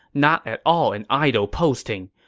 not at all an idle posting.